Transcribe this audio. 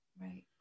Right